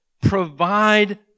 provide